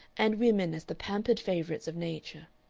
and women as the pampered favorites of nature.